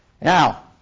Now